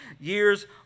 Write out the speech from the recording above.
years